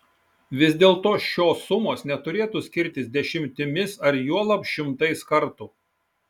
vis dėlto šios sumos neturėtų skirtis dešimtimis ar juolab šimtais kartų